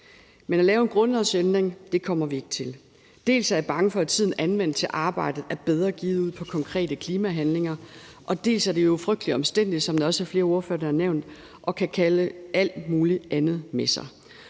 men at lave en grundlovsændring kommer vi ikke til. Dels er jeg bange for, at tiden anvendt til arbejdet er bedre givet ud til konkrete klimahandlinger, og dels er det jo frygtelig omstændigt, som der også er flere ordførere der har nævnt, og det kan bringe alt muligt andet med sig.